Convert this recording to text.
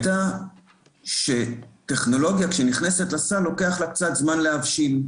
הייתה שכשטכנולוגיה נכנסת לסל לוקח לה קצת זמן להבשיל.